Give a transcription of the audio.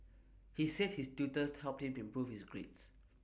he said his tutors helped him improve his grades